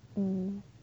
嗯